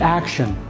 action